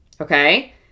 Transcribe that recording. Okay